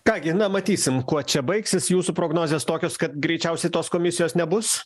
ką gi na matysim kuo čia baigsis jūsų prognozės tokios kad greičiausiai tos komisijos nebus